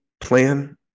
plan